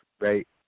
right